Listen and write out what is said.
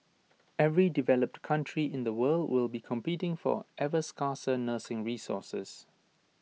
every developed country in the world will be competing for ever scarcer nursing resources